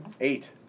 Eight